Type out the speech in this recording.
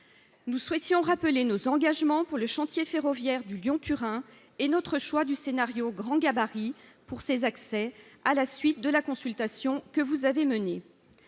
nous souhaitions rappeler nos engagements pour le chantier ferroviaire du Lyon-Turin et notre choix du scénario grand gabarit pour ses accès à la suite de la consultation que vous avez mené